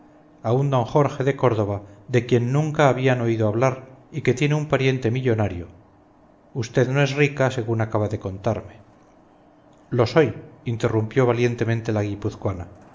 a un don jorge de córdoba de quien nunca habían oído hablar y que tiene un pariente millonario usted no es rica según acaba de contarme lo soy interrumpió valientemente la guipuzcoana no